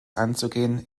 anzugehen